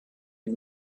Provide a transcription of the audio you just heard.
and